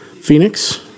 Phoenix